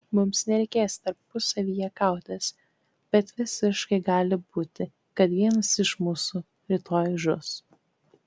mums nereikės tarpusavyje kautis bet visiškai gali būti kad vienas iš mūsų rytoj žus